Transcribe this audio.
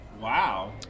Wow